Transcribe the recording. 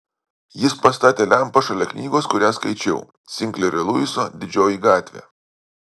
jis pastatė lempą šalia knygos kurią skaičiau sinklerio luiso didžioji gatvė